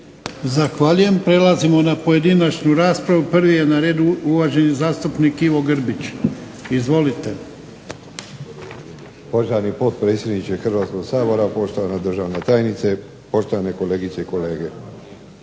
Zahvaljujem. Prelazimo na pojedinačnu raspravu. Prvi je na redu uvaženi zastupnik Ivo Grbić. Izvolite. **Grbić, Ivo (HDZ)** Poštovani potpredsjedniče Hrvatskog sabora, poštovana državna tajnice, poštovane kolegice i kolege.